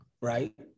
right